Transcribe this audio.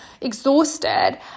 exhausted